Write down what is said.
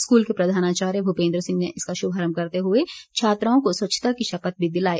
school के प्रधानाचार्य भूपेंद्र सिंह ने इसका शुभारंभ करते हुए छात्राओं को स्वच्छता की शपथ भी दिलाई